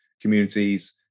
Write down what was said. communities